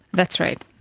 that's right.